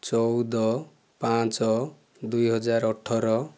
ଚଉଦ ପାଞ୍ଚ ଦୁଇହଜାର ଅଠର